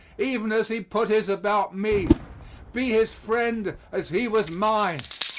even as he put his about me be his friend as he was mine.